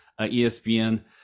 ESPN